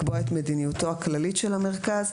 לקבוע את מדיניותו הכללית של המרכז,